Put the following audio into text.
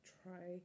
try